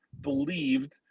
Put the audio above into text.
believed